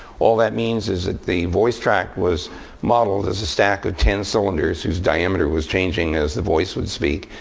all that means is it the voice track was modeled as a stack of ten cylinders whose diameter was changing as the voice would speak.